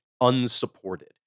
unsupported